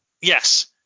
yes